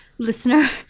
Listener